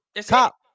top